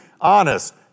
honest